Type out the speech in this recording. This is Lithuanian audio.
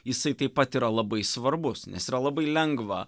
jisai taip pat yra labai svarbus nes yra labai lengva